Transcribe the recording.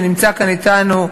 שנמצא כאן אתנו,